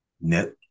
net